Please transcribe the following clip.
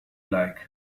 like